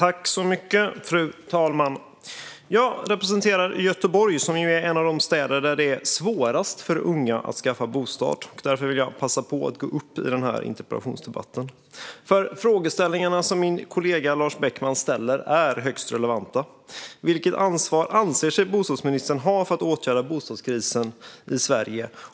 Fru talman! Jag representerar Göteborg, en av de städer där det är svårast för unga att skaffa bostad. Därför ville jag passa på att gå upp i denna interpellationsdebatt. De frågeställningar som min kollega Lars Beckman lyfter fram är högst relevanta: Vilket ansvar anser sig bostadsministern ha för att åtgärda bostadskrisen i Sverige?